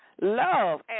love